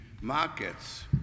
markets